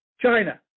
China